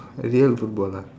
a real footballer